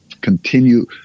continue